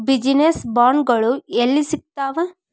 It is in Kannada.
ಬಿಜಿನೆಸ್ ಬಾಂಡ್ಗಳು ಯೆಲ್ಲಿ ಸಿಗ್ತಾವ?